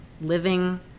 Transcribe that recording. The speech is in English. living